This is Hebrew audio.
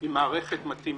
עם מערכת מתאימה.